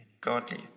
godly